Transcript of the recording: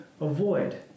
avoid